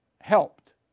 helped